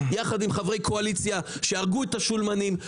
יחד עם חברי קואליציה שהרגו את השולמנים,